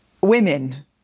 women